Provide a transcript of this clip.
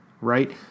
right